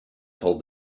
told